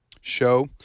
show